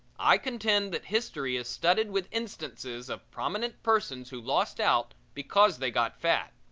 i contend that history is studded with instances of prominent persons who lost out because they got fat.